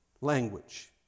language